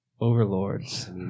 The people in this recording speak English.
overlords